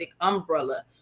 umbrella